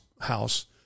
house